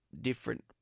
different